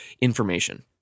information